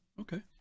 Okay